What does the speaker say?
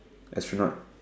astronaut